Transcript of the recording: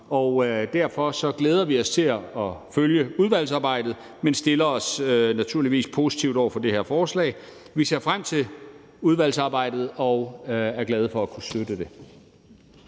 og derfor glæder vi os til at følge udvalgsarbejdet, men stiller os naturligvis positive over for forslaget. Vi ser frem til udvalgsarbejdet og er glade for at kunne støtte det.